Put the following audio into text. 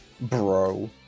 Bro